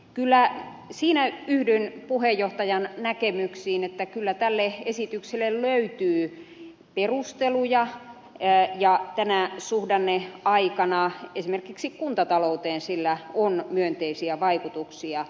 kyllä siinä yhdyn puheenjohtajan näkemyksiin että tälle esitykselle löytyy perusteluja ja tänä suhdanneaikana esimerkiksi kuntatalouteen sillä on myönteisiä vaikutuksia